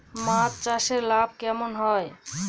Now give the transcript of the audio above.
মাছ চাষে লাভ কেমন হয়?